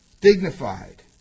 dignified